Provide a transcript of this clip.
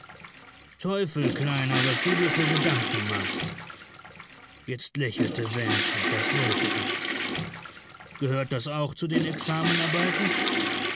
teufel kleiner was du dir für gedanken machst jetzt lächelte went und das wollte ich gehört das auch zu den examenarbeiten